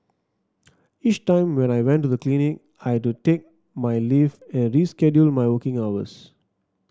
each time when I went to the clinic I had to take my leave and reschedule my working hours